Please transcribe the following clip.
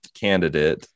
candidate